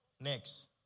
Next